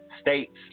states